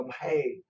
Hey